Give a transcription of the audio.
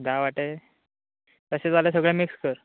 धा वांटे तशें जाल्यार सगळें मीक्स कर